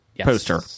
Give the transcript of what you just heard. poster